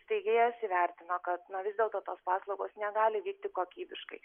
steigėjas įvertino kad na vis dėlto tos paslaugos negali vykti kokybiškai